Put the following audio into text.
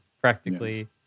practically